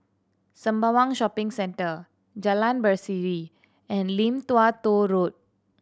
Sembawang Shopping Centre Jalan Berseri and Lim Tua Tow Road